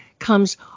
comes